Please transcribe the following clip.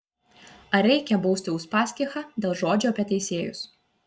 ar reikia bausti uspaskichą dėl žodžių apie teisėjus